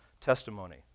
testimony